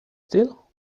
still